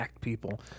people